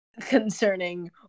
concerning